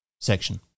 section